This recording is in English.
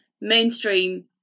mainstream